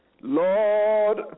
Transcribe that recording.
Lord